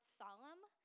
solemn